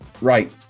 right